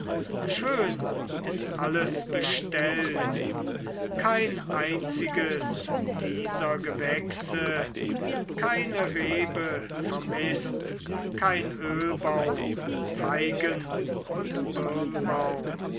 schön ist alles bestellt kein einziges dieser gewächse keine rebe vermißt kein ölbaum feigen und